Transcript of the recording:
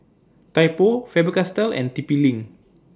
Typo Faber Castell and T P LINK